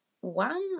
one